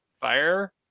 Fire